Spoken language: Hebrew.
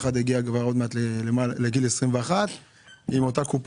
אחד יגיע בקרוב לגיל 21 עם אותה קופה,